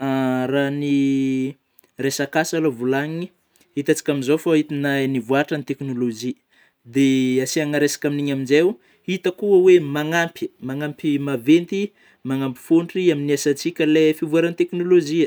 Raha ny resaka asa alôha vôlagniny; hitantsika amin'izao fa hita na-nivôatra ny technologie, de asiana resaka amin'iny amin'zeo itako ho oe magnapy; magnampy maventy; magnampy fôntry amin'ny asan-tsika ilay fivoaran'ny tekinolojia